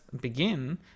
begin